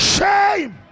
Shame